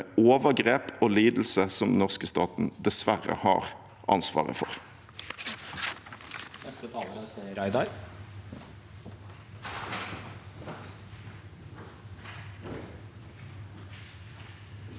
overgrep og lidelser som den norske staten dessverre har ansvaret for.